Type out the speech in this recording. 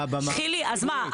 חייל, אז מה?